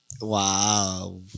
Wow